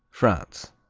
france